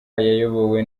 yayobowe